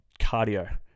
cardio